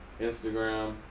Instagram